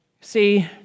See